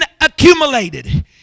accumulated